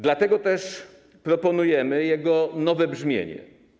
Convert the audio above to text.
Dlatego też proponujemy jego nowe brzmienie.